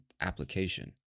application